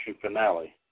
finale